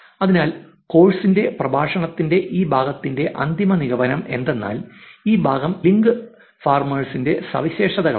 അതിനാൽ കോഴ്സിന്റെ പ്രഭാഷണത്തിന്റെ ഈ ഭാഗത്തിന്റെ അന്തിമ നിഗമനം എന്തെന്നാൽ ഈ ഭാഗം ലിങ്ക് ഫാർമേഴ്സിന്റെ സവിശേഷതകളാണ്